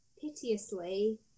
piteously